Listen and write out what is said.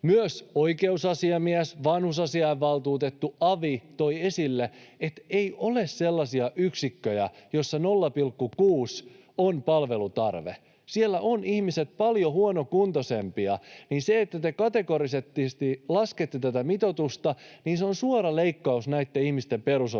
Myös oikeusasiamies, vanhusasiainvaltuutettu ja avi toivat esille, että ei ole sellaisia yksikköjä, joissa 0,6 on palveluntarve. Kun siellä ihmiset ovat paljon huonokuntoisempia, niin se, että te kategorisesti laskette tätä mitoitusta, on suora leikkaus näitten ihmisten perusoikeuksista.